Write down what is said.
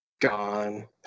gone